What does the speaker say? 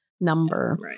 number